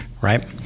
right